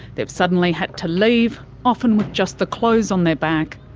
they've suddenly had to leave, often with just the clothes on their back.